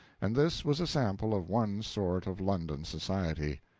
and this was a sample of one sort of london society.